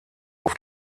auf